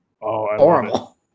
horrible